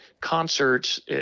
concerts